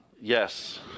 Yes